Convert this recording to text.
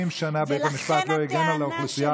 70 שנה בית המשפט לא הגן על האוכלוסייה